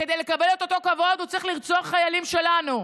וכדי לקבל את אותו כבוד הוא צריך לרצוח חיילים שלנו.